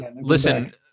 listen